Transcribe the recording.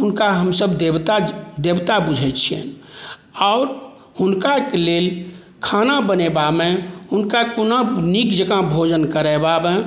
हुनका हमसभ देवता जेकाँ देवता बुझै छियनि आओर हुनका लेल खाना बनेबामे हुनका कोना नीक जेकाँ भोजन करेबामे